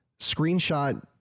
screenshot